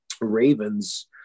Ravens